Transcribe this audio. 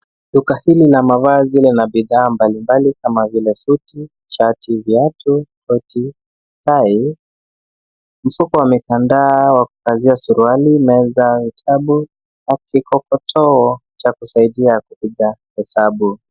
Duka hili la mavazi lina bidhaa mbali mbali kama vile: suti, shati, viatu, koti, tie , msuko wa mikandaa wa kukazia suruali, meza, vitabu, kikokotoo cha kusaidia kupiga hesabu.